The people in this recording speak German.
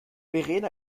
verena